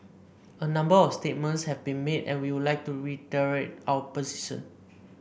a number of statements have been made and we would like to reiterate our position